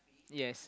yes